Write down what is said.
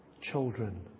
children